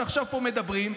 שעכשיו פה מדברים,